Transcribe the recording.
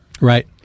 Right